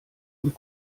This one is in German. und